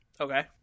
Okay